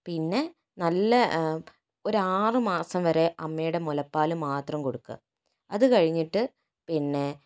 പിന്നെ നല്ല ഒരു ആറ് മാസം വരെ അമ്മയുടെ മുലപ്പാല് മാത്രം കൊടുക്കുക അതുകഴിഞ്ഞിട്ട് പിന്നെ